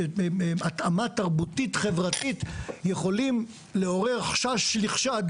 בהתאמה תרבותית חברתית יכולים לעורר חשש לחשד